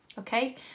okay